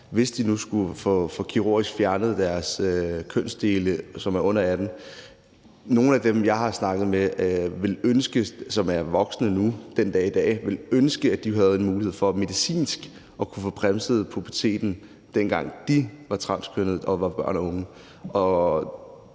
under 18 år kunne få fjernet deres kønsdele kirurgisk. Nogle af dem, jeg har snakket med, som er voksne nu, ville den dag i dag ønske, at de havde haft en mulighed for medicinsk at kunne få bremset puberteten, dengang de var transkønnede børn og unge.